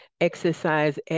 exercise